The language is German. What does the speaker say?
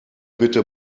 bitte